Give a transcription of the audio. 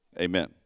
Amen